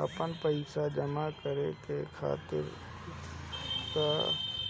आपन पइसा जमा करे के खातिर का